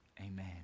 amen